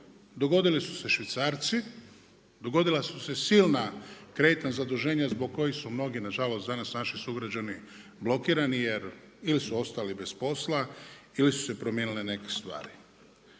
dogodili su se švicarci, dogodila su se silna kreditna zaduženja zbog kojih su mnogi nažalost danas naši sugrađani blokirani jer ili su ostali bez posla ili su se promijenile neke stvari.